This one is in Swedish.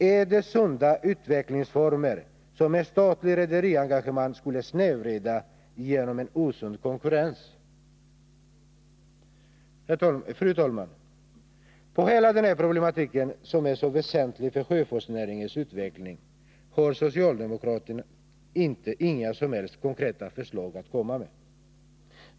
Är detta de former som ett statligt redarengagemang skulle snedvrida genom en osund konkurrens? Fru talman! I fråga om hela den här problematiken, som är så väsentlig för sjöfartsnäringens utveckling, har socialdemokratin inga som helst konkreta förslag att komma med.